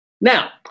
now